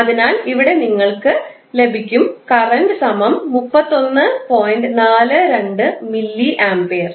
അതിനാൽ ഇവിടെ നിങ്ങൾക്ക് ലഭിക്കും കറൻറ് 𝑖 31